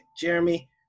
Jeremy